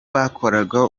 bakoraga